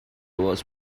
was